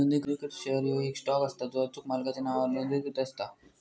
नोंदणीकृत शेअर ह्यो येक स्टॉक असता जो अचूक मालकाच्या नावावर नोंदणीकृत असता